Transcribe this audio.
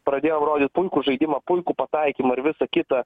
pradėjom rodyt puikų žaidimą puikų pataikymą ir visa kita